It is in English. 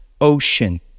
ocean